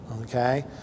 Okay